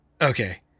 Okay